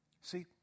See